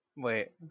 Wait